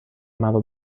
مرا